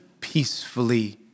peacefully